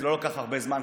זה לא לקח הרבה זמן,